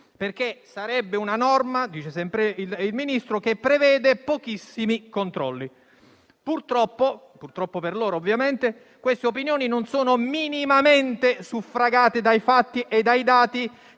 perché sarebbe una norma - dice sempre il Ministro - che prevede pochissimi controlli. Purtroppo per loro, queste opinioni non sono minimamente suffragate dai fatti e dai dati